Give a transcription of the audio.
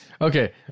okay